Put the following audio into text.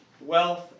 wealth